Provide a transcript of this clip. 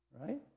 right